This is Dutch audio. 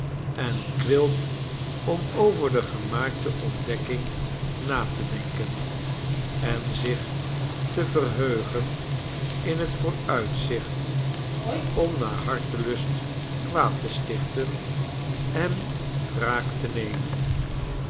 en quilp om over de gemaakte ontdekking na te denken en zich te verheugen in het vooruitzicht om naar hartelust kwaad te stichten en wraak te nemen